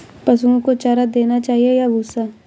पशुओं को चारा देना चाहिए या भूसा?